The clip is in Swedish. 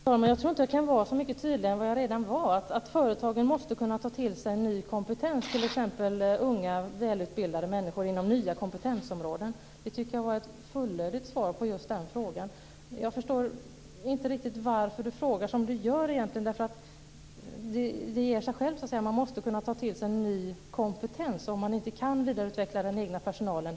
Fru talman! Jag tror inte att jag kan vara så mycket tydligare än jag var. Företagen måste kunna ta till sig ny kompetens, t.ex. unga, välutbildade människor inom nya kompetensområden. Det tycker jag var ett fullödigt svar på den frågan. Jag förstår inte riktigt varför Ingvar Johnsson frågar som han gör. Det ger ju sig självt: Man måste kunna ta till sig ny kompetens om man inte kan vidareutveckla den egna personalen.